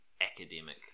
academic